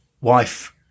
wife